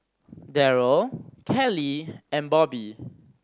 Derrell Kelly and Bobby